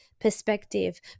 perspective